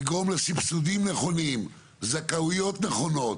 לגרום לסיבסודים נכונים, זכאויות נכונות